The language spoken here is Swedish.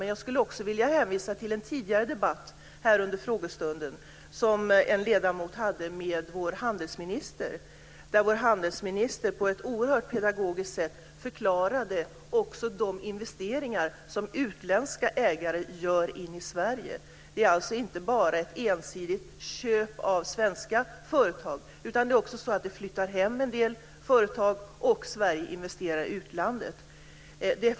Men jag skulle också vilja hänvisa till en tidigare debatt här under frågestunden som en ledamot hade med vår handelsminister. Handelsministern förklarade då på ett oerhört pedagogiskt sätt de investeringar som utländska ägare gör i Sverige. Det förekommer inte bara ett ensidigt köp av svenska företag, utan en del företag flyttar hem igen. Sverige investerar också i utlandet.